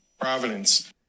Providence